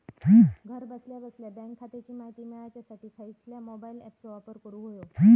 घरा बसल्या बसल्या बँक खात्याची माहिती मिळाच्यासाठी खायच्या मोबाईल ॲपाचो वापर करूक होयो?